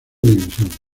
división